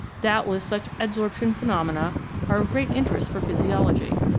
doubtless such adsorption phenomena are of great interest for physiology.